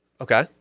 Okay